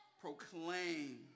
proclaim